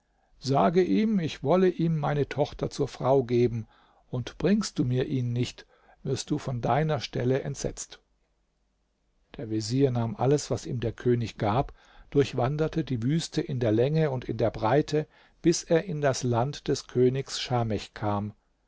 sage ihm ich wolle ihm meine tochter zur frau geben und bringst du mir ihn nicht wirst du von deiner stelle entsetzt der vezier nahm alles was ihm der könig gab durchwanderte die wüste in der länge und in der breite bis er in das land des königs schamech kam